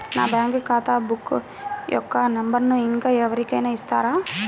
నా బ్యాంక్ ఖాతా బుక్ యొక్క నంబరును ఇంకా ఎవరి కైనా ఇస్తారా?